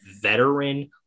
veteran